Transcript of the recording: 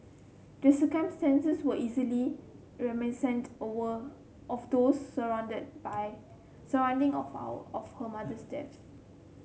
the circumstances were easily reminiscent over of those surrounded by surrounding of our of her mother's death